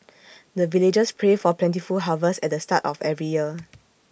the villagers pray for plentiful harvest at the start of every year